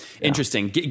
Interesting